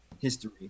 history